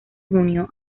junio